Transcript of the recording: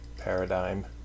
paradigm